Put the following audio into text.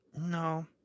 No